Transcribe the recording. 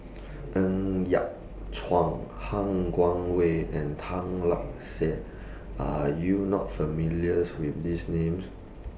Ng Yat Chuan Han Guangwei and Tan Lark Sye Are YOU not familiar with These Names